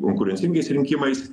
konkurencingais rinkimais